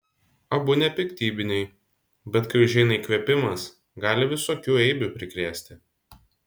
abu nepiktybiniai bet kai užeina įkvėpimas gali visokių eibių prikrėsti